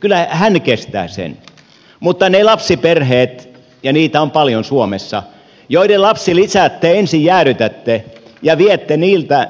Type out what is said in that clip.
kyllä hän kestää sen toisin kuin ne lapsiperheet ja niitä on paljon suomessa joiden lapsilisät te ensin jäädytätte ja viette